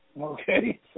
Okay